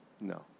No